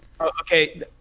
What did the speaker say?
Okay